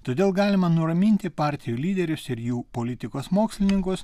todėl galima nuraminti partijų lyderius ir jų politikos mokslininkus